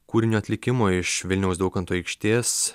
kūrinio atlikimo iš vilniaus daukanto aikštės